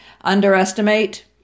underestimate